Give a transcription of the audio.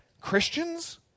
Christians